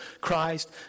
Christ